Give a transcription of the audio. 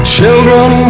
Children